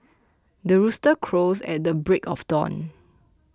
the rooster crows at the break of dawn